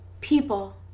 people